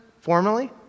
formally